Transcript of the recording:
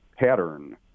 pattern